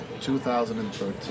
2013